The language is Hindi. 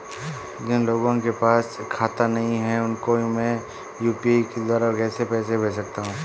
जिन लोगों के पास बैंक खाता नहीं है उसको मैं यू.पी.आई के द्वारा पैसे भेज सकता हूं?